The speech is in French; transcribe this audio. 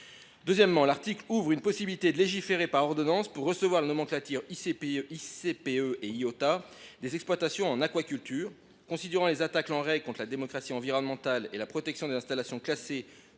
Ensuite, l’article prévoit la possibilité de légiférer par ordonnance pour adapter la nomenclature ICPE et Iota des exploitations en aquaculture. Or les attaques en règle contre la démocratie environnementale et la protection des installations classées